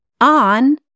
on